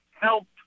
help